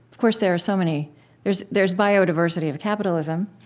of course, there are so many there's there's biodiversity of capitalism,